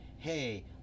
Hey